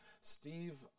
Steve